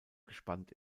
gespannt